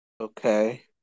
Okay